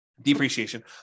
depreciation